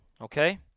Okay